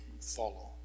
follow